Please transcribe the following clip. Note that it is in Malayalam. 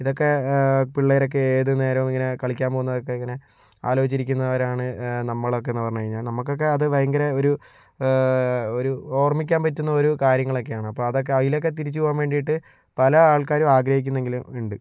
ഇതൊക്കെ പിള്ളേരൊക്കെ ഏതു നേരവും ഇങ്ങനെ കളിക്കാൻ പോകുന്നതൊക്കെ ഇങ്ങനെ ആലോചിച്ചിരിക്കുന്നവരാണ് നമ്മളൊക്കെ എന്ന് പറഞ്ഞു കഴിഞ്ഞാൽ നമുക്കൊക്കെ അത് ഭയങ്കര ഒരു ഒരു ഓർമ്മിക്കാൻ പറ്റുന്ന ഒരു കാര്യങ്ങളൊക്കെയാണ് അപ്പോൾ അതൊക്കെ അതിലൊക്കെ തിരിച്ചു പോകാൻ വേണ്ടിയിട്ട് പല ആൾക്കാരും ആഗ്രഹിക്കുന്നെങ്കിലും ഉണ്ട്